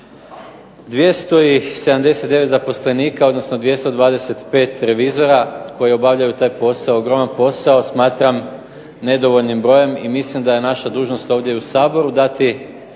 279 zaposlenika odnosno 225 revizora koji obavljaju taj posao, ogroman posao smatram nedovoljnim brojem i mislim da je naša dužnost ovdje i u Saboru dati